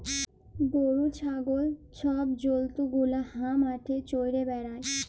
গরু, ছাগল ছব জল্তু গুলা হাঁ মাঠে চ্যরে বেড়ায়